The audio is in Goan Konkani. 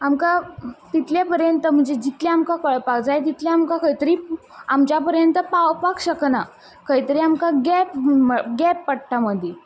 आमकां तितलें परेंत म्हणजे जितलें आमकां कळपाक जाय तितलें आमकां खंय तरी आमच्या पर्यंत पावपाक शकना खंय तरी गेप गेप पडटा मदीं